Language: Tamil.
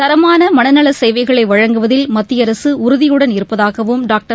தரமான் மனநல சேவைகளை வழங்குவதில் மத்திய அரசு உறுதியுடன் இருப்பதாகவும் டாக்டர்